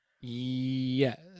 Yes